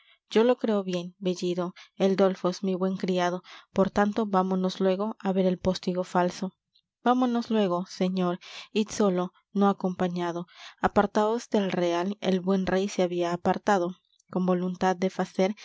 yo lo creo bien bellido el dolfos mi buen criado por tanto vámonos luégo á ver el postigo falso vámonos luégo señor id solo no acompañado apartados del real el buen rey se había apartado con voluntad de facer